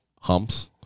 humps